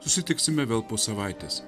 susitiksime vėl po savaitės